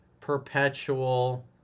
perpetual